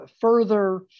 further